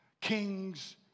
kings